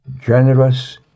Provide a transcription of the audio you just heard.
generous